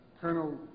Colonel